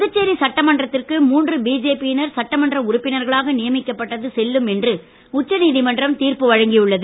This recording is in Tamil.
புதுச்சேரி சட்டமன்றத்திற்கு பிஜேபியினர் சட்டமன்ற உறுப்பினர்களாக நியமிக்கப்பட்டது செல்லும் என்று உச்சநீதிமன்றம் தீர்ப்பு வழங்கியுள்ளது